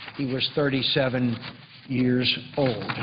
he was thirty seven years old.